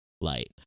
light